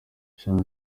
ishami